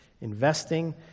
investing